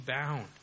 bound